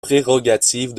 prérogatives